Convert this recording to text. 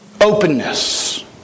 Openness